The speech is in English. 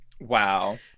Wow